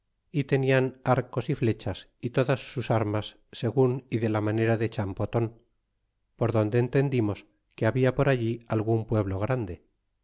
y tenian arcos y flechas y todas sus armas segun y de la manera de champoton por donde entendimos que habia por alli algun pueblo grande